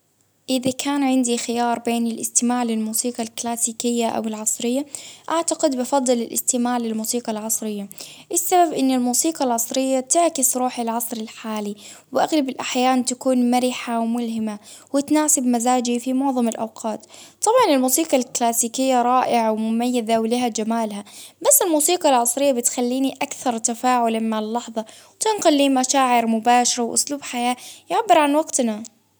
إذا كان عندي خيار بين الإستكمال الموسيقى الكلاسيكية أو العصرية، أعتقد بفضل الإستماع للموسيقى العصرية، السبب إن الموسيقى العصرية تعكس روح العصر الحالي، وأغلب الأحيان تكون مرحة وملهمة، وتناسب مزاجي في معظم الأوقات، طبعا الوثيقة الكلاسيكية مميزة ولها جمالها، نفس الموسيقى العصرية بتخليني أكثر تفاعلا مع اللحظة، مشاعر مباشرة وإسلوب حياة يعبر عن وقتنا.